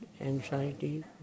anxiety